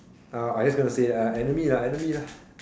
uh I just gonna say uh enemy lah enemy lah